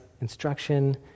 instruction